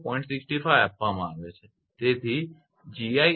65 આપવામાં આવે છે